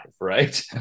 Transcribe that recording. Right